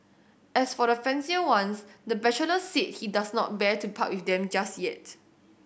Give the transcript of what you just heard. as for the fancier ones the bachelor said he does not bear to part with them just yet